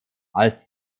als